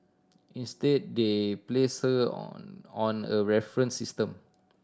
instead they placed her on on a reference system